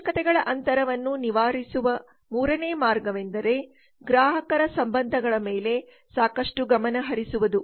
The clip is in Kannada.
ಅವಶ್ಯಕತೆಗಳ ಅಂತರವನ್ನು ನಿವಾರಿಸುವ ಮೂರನೇ ಮಾರ್ಗವೆಂದರೆ ಗ್ರಾಹಕರ ಸಂಬಂಧಗಳ ಮೇಲೆ ಸಾಕಷ್ಟು ಗಮನ ಹರಿಸುವುದು